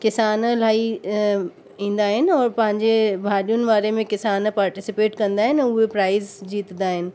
किसान इलाही ईंदा आहिनि और पंहिंजे भाॼियुनि वारे में किसान पार्टिसिपेट कंदा आहिनि उहे प्राइज जितदा आहिनि